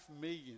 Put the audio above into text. million